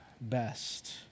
best